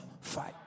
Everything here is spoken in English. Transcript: Fight